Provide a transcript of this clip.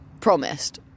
promised